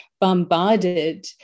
bombarded